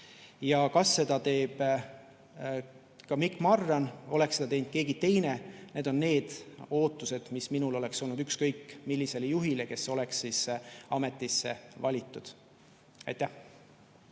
Kas seda teeb Mikk Marran või oleks seda teinud keegi teine – need on need ootused, mis minul oleks olnud ükskõik millisele juhile, kes oleks ametisse valitud. Aitäh!